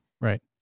Right